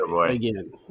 again